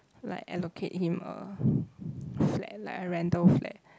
like allocate him a flat like a rental flat